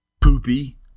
poopy